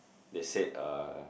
they said uh